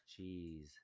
Jeez